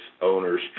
owners